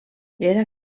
era